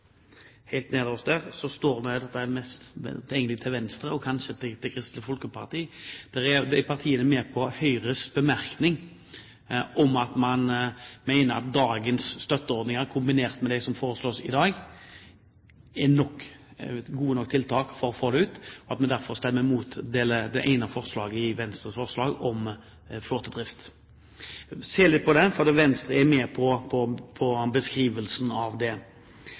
og kanskje til Kristelig Folkeparti, for det står at partiene er med på Høyres bemerkning om at man mener at dagens støtteordninger, kombinert med dem som foreslås i dag, er gode nok tiltak, og at vi stemmer derfor imot Venstres forslag om flåtedrift. Se litt på det, for Venstre er med på beskrivelsen av det. Når det gjelder offentlig flåtedrift, har flere av talerne i dag vært inne på at det i dag finnes en rekke støtteordninger for bruk av elbiler. Dessuten er det